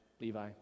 Levi